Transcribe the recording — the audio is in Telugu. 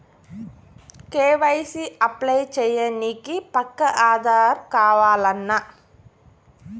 కే.వై.సీ అప్లై చేయనీకి పక్కా ఆధార్ కావాల్నా?